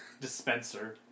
Dispenser